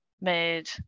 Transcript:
made